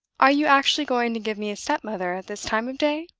are you actually going to give me a stepmother at this time of day?